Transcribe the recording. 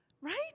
Right